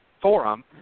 forum